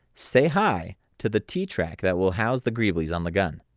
say hi to the t-track that will house the greeblies on the gun.